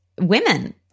women